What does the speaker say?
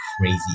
crazy